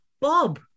Bob